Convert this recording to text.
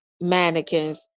mannequins